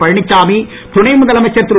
பழனிச்சாமி துணைமுதலமைச்சர் திரு